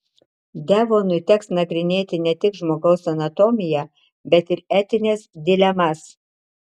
devonui teks nagrinėti ne tik žmogaus anatomiją bet ir etines dilemas